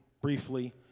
briefly